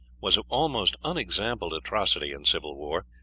was of almost unexampled atrocity in civil war,